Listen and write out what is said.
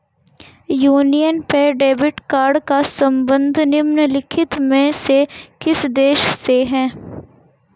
Union pay debit card का संबंध निम्नलिखित में से किस देश से है?